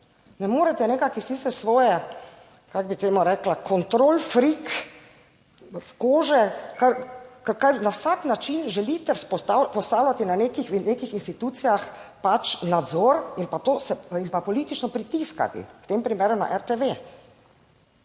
Ne morete nekako iz tiste svoje, kako bi temu rekla, control freak kože, kar na vsak način želite postavljati na nekih, nekih institucijah pač nadzor in pa to, in pa politično pritiskati, v tem primeru na RTV.